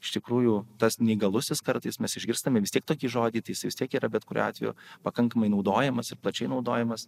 iš tikrųjų tas neįgalusis kartais mes išgirstame vis tiek tokį žodį tai jis vis tiek yra bet kuriuo atveju pakankamai naudojamas ir plačiai naudojamas